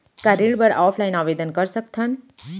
का ऋण बर ऑफलाइन आवेदन कर सकथन?